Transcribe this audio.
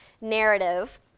narrative